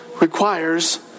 requires